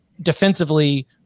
defensively